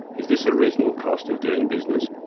is this a reasonable cost of doing business?